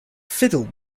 fiddle